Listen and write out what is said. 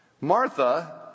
Martha